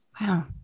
Wow